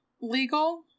legal